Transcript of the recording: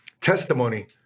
testimony